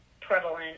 prevalent